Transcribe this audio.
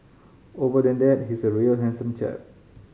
over than that he's a real handsome chap